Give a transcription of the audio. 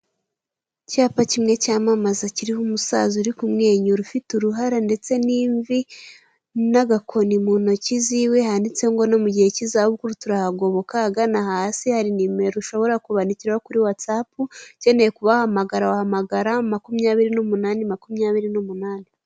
Icyapa kimwe cyamamaza kiriho umusaza uri kumwenyura ufite uruhara ndetse n'imvi, n'agakoni mu ntoki ziwe handitse ngo no mu gihe cy'izabukuru turahagoboka, ahagana hasi hari nimero ushobora kubandikiraho kuri watsapu ukeneye kubahamagara wahamagara makumyabiri n'umunane makumyabiri n'umunane.